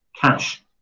cash